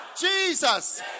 Jesus